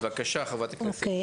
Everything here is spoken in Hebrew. בבקשה, חברת הכנסת דבי ביטון.